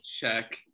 check